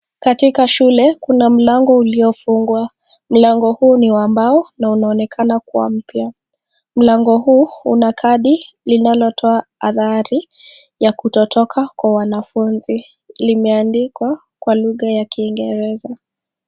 Katika shule kuna mlango uliofungwa, mlango huu ni wa mbao na unaonekana kuwa mpya, mlango huu una kadi linalotoa adhari ya kutotoka kwa wanafunzi, limeandikwa kwa lugha ya kiingereza.